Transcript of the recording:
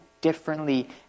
differently